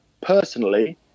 Personally